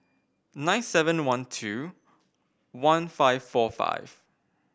nine seven one two one five four five